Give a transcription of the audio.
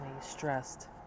stressed